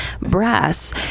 brass